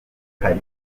hari